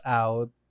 out